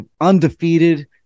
undefeated